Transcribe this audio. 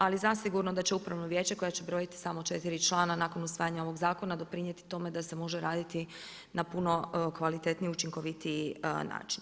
Ali zasigurno da će upravno vijeće koje će brojati samo 4 člana nakon usvajanja ovog zakona doprinijeti tome da se može radit na puno kvalitetniji i učinkovitiji način.